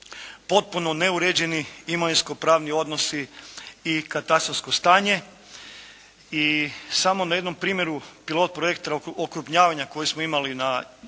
potpuno neuređeni imovinsko-pravni odnosi i katastarsko stanje i samo na jednom primjeru pilot projekta okrupnjavanja koji smo imali u